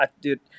dude